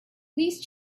please